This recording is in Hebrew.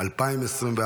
2024,